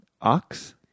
ox